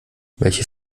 welche